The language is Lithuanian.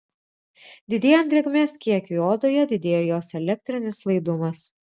didėjant drėgmės kiekiui odoje didėja jos elektrinis laidumas